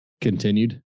continued